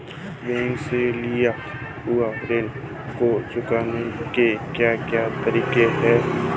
Bank से लिए हुए ऋण को चुकाने के क्या क्या तरीके हैं?